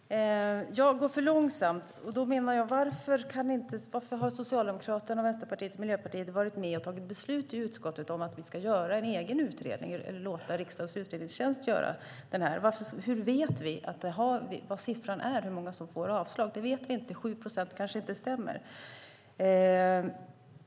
Herr talman! Det går för långsamt. Varför har då inte Socialdemokraterna, Vänsterpartiet och Miljöpartiet varit med och fattat beslut i utskottet om att vi ska låta riksdagens utredningstjänst göra en utredning? Hur vet vi hur många som får avslag? Det vet vi inte. 7 procent kanske inte stämmer.